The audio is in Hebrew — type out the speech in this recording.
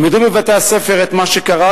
ילמדו בבתי-הספר את מה שקרה,